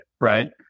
right